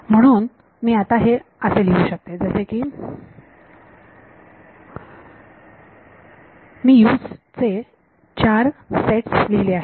म्हणून मी U's ते चार सेट्स लिहिले आहेत